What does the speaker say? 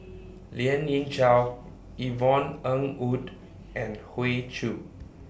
Lien Ying Chow Yvonne Ng Uhde and Hoey Choo